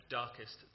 darkest